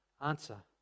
answer